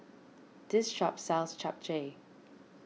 this shop sells Japchae